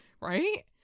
Right